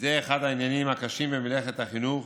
וזה אחד העניינים הקשים במלאכת החינוך,